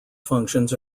functions